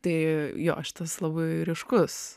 tai jo šitas labai ryškus